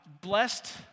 Blessed